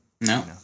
No